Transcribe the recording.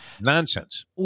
Nonsense